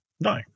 No